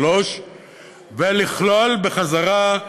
ולכלול אותם בחזרה,